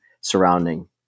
surrounding